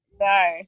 No